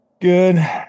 good